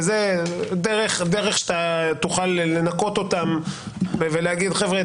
ובדרך זו אתה תוכל "לנקות" אותם משם ולהגיד להם: "חבר'ה,